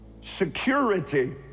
security